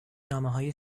نامههای